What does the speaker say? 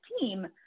team